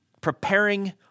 preparing